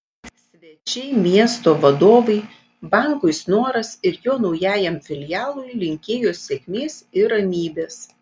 svečiai miesto vadovai bankui snoras ir jo naujajam filialui linkėjo sėkmės ir ramybės